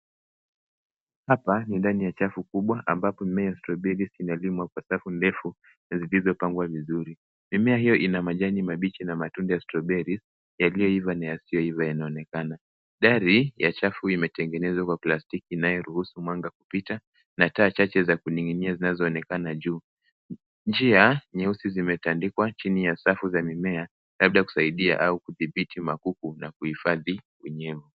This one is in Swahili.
Hapa ni ndani ya chafu kubwa, ambapo mimea ya stroberi zimelimwa kwa safu ndefu na zilizopangwa vizuri. Mimea hiyo ina majani mabichi na matunda ya stroberi na yaliyoiva na yasiyoiva yanaonekana. Dari ya chafu imetengenezwa kwa plastiki inayo ruhusu mwanga kupita na taa chache za kuning'inia zinazoonekana juu. Njia nyeusi zimetandikwa chini ya safu za mimea, labda kusaidia au kudhibiti magugu na kuhifadhi unyevu.